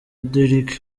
deryck